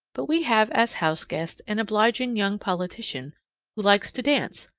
but we have as house guest an obliging young politician who likes to dance,